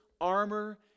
armor